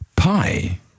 Pi